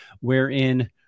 wherein